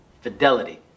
fidelity